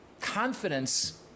confidence